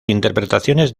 interpretaciones